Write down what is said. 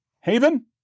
haven